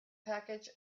package